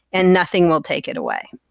and nothing will take it away.